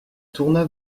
tourna